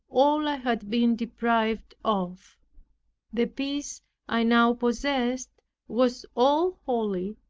all i had been deprived of the peace i now possessed was all holy,